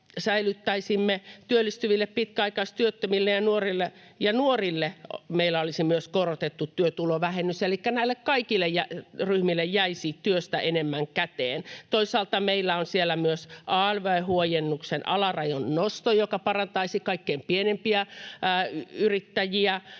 säilyttäisimme. Työllistyville pitkäaikaistyöttömille ja nuorille meillä olisi myös korotettu työtulovähennys, elikkä näille kaikille ryhmille jäisi työstä enemmän käteen. Toisaalta meillä on siellä myös alv-huojennuksen alarajan nosto, joka parantaisi kaikkein pienimpien yrittäjien